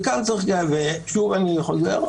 ושוב אני חוזר,